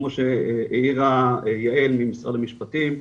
כמו שהעירה יעל ממשרד המשפטים,